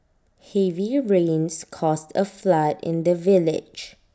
heavy rains caused A flood in the village